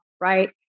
right